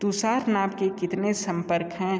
तुषार नाम के कितने संपर्क हैं